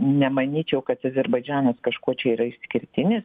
nemanyčiau kad azerbaidžanas kažkuo čia yra išskirtinis